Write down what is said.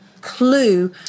clue